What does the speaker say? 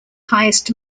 highest